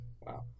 Wow